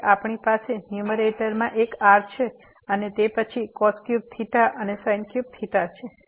તેથી આપણી પાસે ન્યુમરેટરમાં એક r છે અને તે પછી અને છે